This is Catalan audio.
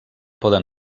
poden